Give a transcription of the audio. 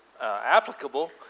applicable